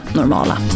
normala